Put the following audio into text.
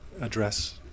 address